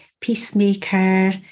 peacemaker